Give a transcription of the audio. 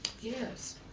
Yes